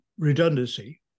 redundancy